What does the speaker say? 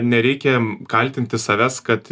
nereikia kaltinti savęs kad